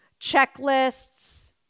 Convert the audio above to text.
checklists